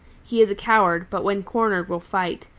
he is a coward, but when cornered will fight,